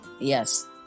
yes